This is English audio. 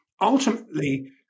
Ultimately